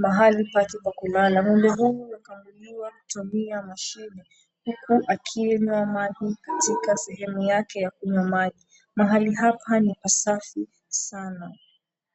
mahali pake pa kulala. Ng'ombe huyu anakamuliwa kutumia mashini huku akinya maji katika sehemu yake ya kunywa maji. Mahali hapa ni pasafi sana.